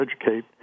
educate